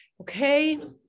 okay